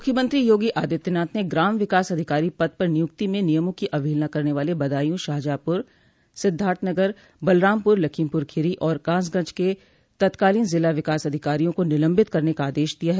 मुख्यमंत्री योगी आदित्यनाथ ने ग्राम विकास अधिकारी पद पर नियुक्ति में नियमों की अवहेलना करने वाले बदायूं शाहजहांपुर सिद्धार्थनगर बलरामपर लखीमपुर खीरी और कासगंज के तत्कालीन जिला विकास अधिकारियों को निलंबित करने का आदेश दिया है